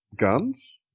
Guns